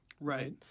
Right